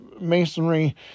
masonry